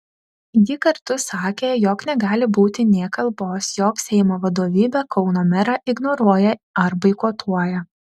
ji kartu sakė jog negali būti nė kalbos jog seimo vadovybė kauno merą ignoruoja ar boikotuoja